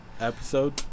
episode